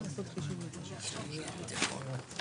זאת לא שאלה בסיסית.